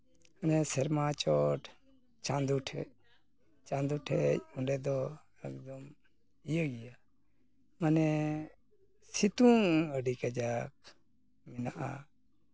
ᱚᱱᱮ ᱥᱮᱨᱢᱟ ᱪᱚᱴ ᱪᱟᱸᱫᱚ ᱴᱷᱮᱡ ᱪᱟᱸᱫᱚ ᱴᱷᱮᱡ ᱚᱸᱰᱮ ᱫᱚ ᱮᱠᱫᱚᱢ ᱤᱭᱟᱹ ᱜᱮᱭᱟ ᱢᱟᱱᱮ ᱥᱤᱛᱩᱝ ᱟᱹᱰᱤ ᱠᱟᱡᱟᱠ ᱢᱮᱱᱟᱜᱼᱟ